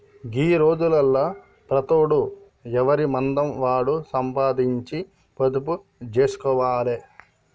గీ రోజులల్ల ప్రతోడు ఎవనిమందం వాడు సంపాదించి పొదుపు జేస్కోవాలె